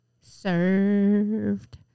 Served